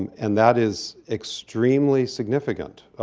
and that is extremely significant.